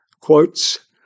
Quotes